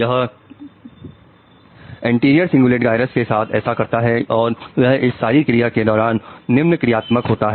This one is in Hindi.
यह एंटीरियर सिंगुलेट गायरस के साथ ऐसा करता है और यह इस सारी क्रिया के दौरान निम्न क्रियात्मक होता है